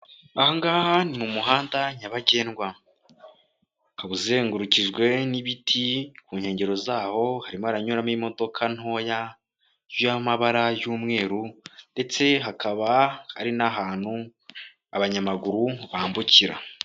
Aha ngaha ni mu muhanda nyabagendwa, ukaba uzengurukijwe n'ibiti ku nkengero zawo, harimo haranyuramo imodoka ntoya iriho amabara y'umweru ndetse hakaba hari n'ahantu abanyamaguru bambukira.